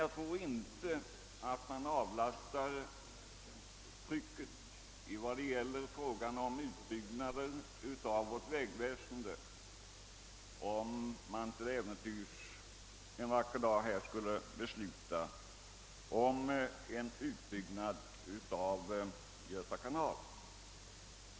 Jag tror emellertid inte att man avlastar trycket när det gäller en utbyggnad av vårt vägväsende genom att till äventyrs en vacker dag besluta om en utbyggnad av Göta kanal.